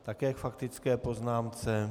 Také k faktické poznámce.